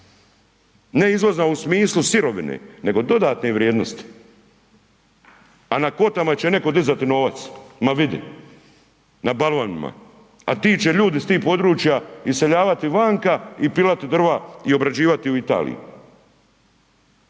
ne izvozna u smislu sirovine, nego dodatne vrijednosti a na kvotama će netko dizati novac, ma vidi, na balvanima, a ti će ljudi s tih područja iseljavati vanka i pilati drva i obrađivati u Italiji.